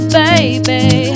baby